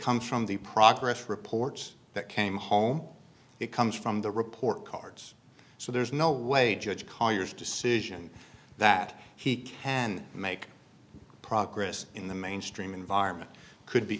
comes from the progress reports that came home it comes from the report cards so there's no way judge colliers decision that he can make progress in the mainstream environment could be